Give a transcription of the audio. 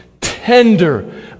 tender